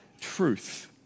truth